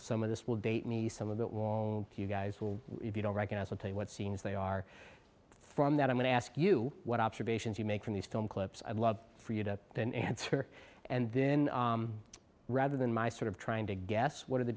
some of this will date me some of it won't you guys will if you don't recognize i'll tell you what scenes they are from that i'm going to ask you what observations you make from these film clips i'd love for you to then answer and then rather than my sort of trying to guess what are the